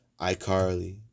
iCarly